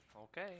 Okay